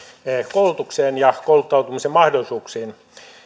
koulutukseen ja kouluttautumisen mahdollisuuksiin